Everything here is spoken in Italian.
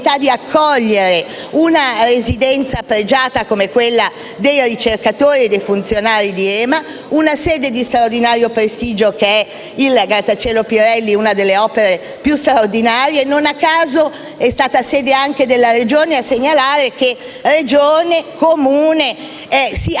di accogliere una residenza pregiata come quella dei ricercatori e dei funzionari di EMA. Penso a una sede di straordinario prestigio come è il grattacielo Pirelli, una delle opere più straordinarie, che non a caso è stata anche sede della Regione, a segnalare che Regione e Comune si associano